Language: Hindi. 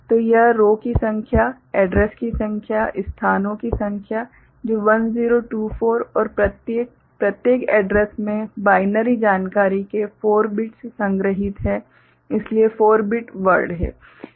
तो यह रो की संख्या एड्रैस की संख्या स्थानों की संख्या जो 1024 और प्रत्येक प्रत्येक एड्रैस में बाइनरी जानकारी के 4 बिट्स संग्रहीत हैं इसलिए 4 बिट वर्ड है